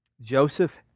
Joseph